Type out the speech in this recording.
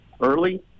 Early